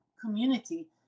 community